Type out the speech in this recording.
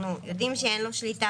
אנחנו יודעים שאין לו שליטה,